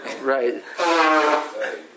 right